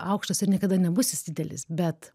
aukštas ir niekada nebus jis didelis bet